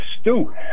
Stu